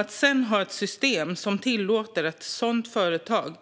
Att sedan ha ett system som tillåter att ett sådant företag